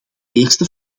eerste